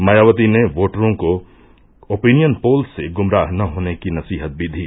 मायावती ने वोटरों को ओपीनियन पोल से गुमराह न होने की नसीहत भी दी